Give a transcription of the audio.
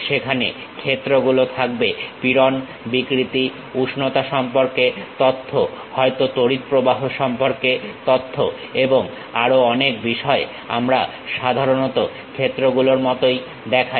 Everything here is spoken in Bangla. সেখানে ক্ষেত্র গুলো থাকবে পীড়ন বিকৃতি উষ্ণতা সম্পর্কে তথ্য হয়তো তড়িৎ প্রবাহ সম্পর্কে তথ্য এবং আরো অনেক বিষয় আমরা সাধারণত ক্ষেত্রগুলোর মতই দেখাই